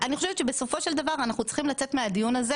אני חושבת שבסופו של דבר אנחנו צריכים לצאת מהדיון הזה